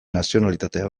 nazionalitatea